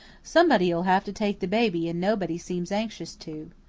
somebody'll have to take the baby and nobody seems anxious to.